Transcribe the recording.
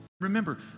Remember